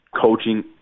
coaching